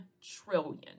trillion